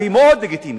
שהיא מאוד לגיטימית,